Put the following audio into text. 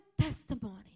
testimony